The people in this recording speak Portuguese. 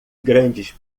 grandes